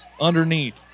underneath